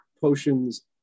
potions